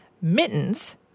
Mittens